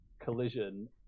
collision